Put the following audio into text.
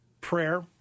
prayer